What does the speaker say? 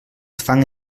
fang